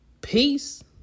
peace